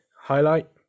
highlight